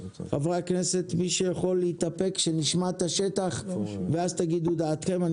חברי הכנסת מי שיכול להתאפק שנשמע את השטח ואז תגידו את דעתכם.